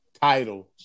title